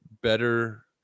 better